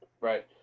right